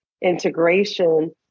integration